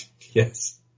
Yes